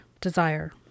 desire